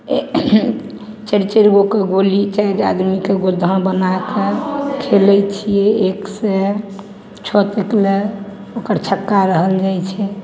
चारि चारिगो कऽ गोली चारि आदमीके गोधना बनाके हम खेलय छियै एक सए छओ तक लए ओकर छक्का रहल जाइ छै